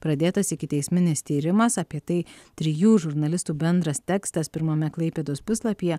pradėtas ikiteisminis tyrimas apie tai trijų žurnalistų bendras tekstas pirmame klaipėdos puslapyje